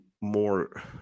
more